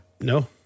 No